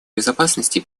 безопасности